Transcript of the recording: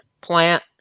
plant